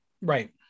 Right